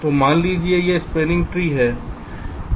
तो मान लीजिए कि यह स्पॅनिंग है